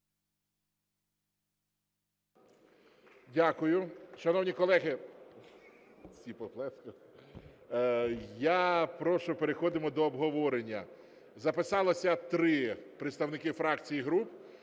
Дякую. Шановні колеги… я прошу, переходимо до обговорення. Записалося 3 представники фракцій і груп.